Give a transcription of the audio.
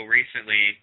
recently